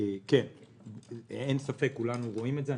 אין ספק, כולנו רואים את זה.